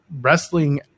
wrestling